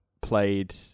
played